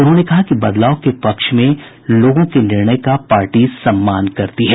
उन्होंने कहा कि बदलाव के पक्ष में जनता के निर्णय का पार्टी सम्मान करती है